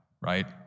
Right